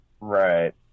Right